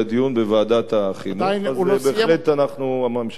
בוועדת החינוך, בהחלט הממשלה מסכימה לכך.